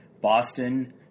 Boston